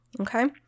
okay